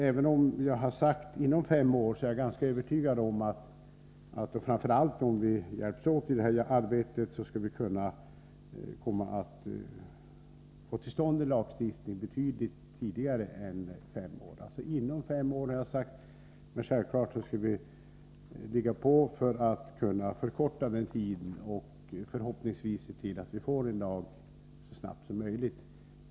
Även om jag sagt ”inom fem år” är jag ganska övertygad om att vi, framför allt om vi hjälps åt med detta arbete, skall kunna få till stånd en lagstiftning betydligt tidigare än inom fem år. Självfallet skall vi ligga på för att förkorta tiden och se till att vi får en lag så snabbt som möjligt.